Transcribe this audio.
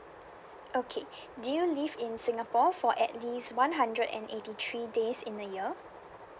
okay do you live in singapore for at least one hundred and eighty three days in a year